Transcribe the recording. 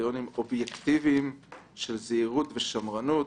קריטריונים אובייקטיבים של זהירות ושמרנות.